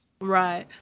Right